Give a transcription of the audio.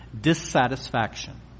dissatisfaction